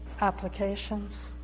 applications